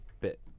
bit